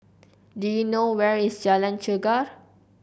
do you know where is Jalan Chegar